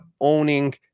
owning